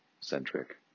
centric